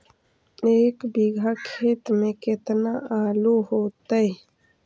एक बिघा खेत में केतना आलू होतई?